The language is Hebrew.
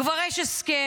כבר יש הסכם,